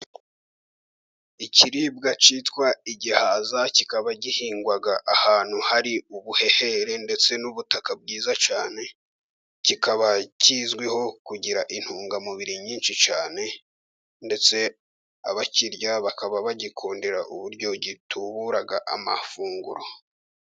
Ikiribwa cyitwa igihaza kikaba gihingwa ahantu hari ubuhehere ndetse n'ubutaka bwiza cyane kikaba kizwiho kugira intungamubiri nyinshi cyane ndetse abakirya bakaba bagikundira uburyo gitubura amafunguro.